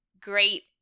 great